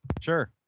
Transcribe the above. sure